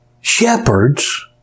shepherds